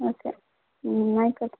okay എന്നാൽ ആയിക്കോട്ടെ